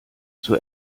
zur